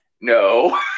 no